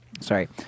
Sorry